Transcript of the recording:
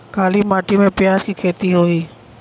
काली माटी में प्याज के खेती होई?